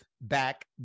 back